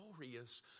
glorious